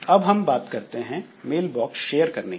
अब हम बात करते हैं मेल बॉक्स शेयर करने की